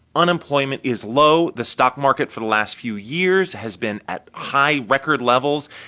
unemployment is low. the stock market for the last few years has been at high record levels.